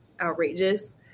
outrageous